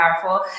powerful